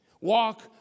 Walk